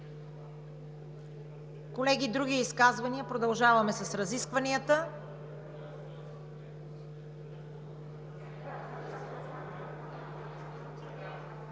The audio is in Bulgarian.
Колеги, други изказвания? Продължаваме с разискванията.